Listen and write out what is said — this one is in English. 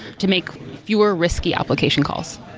to make fewer risky application calls.